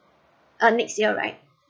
uh next year right